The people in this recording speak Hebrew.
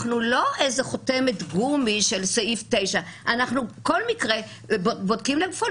אנחנו לא חותמת גומי של סעיף 9. כל מקרה אנחנו בודקים לגופו.